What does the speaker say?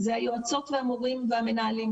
זה היועצים והמורים והמנהלים.